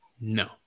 No